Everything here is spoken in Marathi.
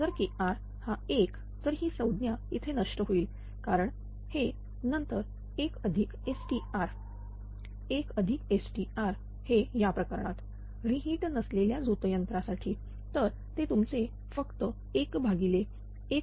जर Kr हा 1 तर ही संज्ञा इथे नष्ट होईल कारण हे नंतर1STr 1STr या प्रकरणात रि हीट नसलेल्या झोत यंत्रासाठी तर ते तुमचे फक्त 11STt